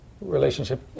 relationship